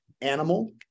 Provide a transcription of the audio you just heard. animal